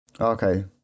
Okay